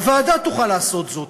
הוועדה תוכל לעשות זאת.